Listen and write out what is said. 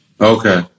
Okay